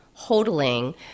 Holding